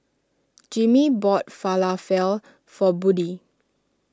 Jimmie bought Falafel for Buddie